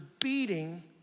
beating